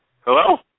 Hello